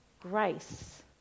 grace